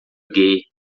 gay